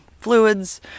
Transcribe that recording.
fluids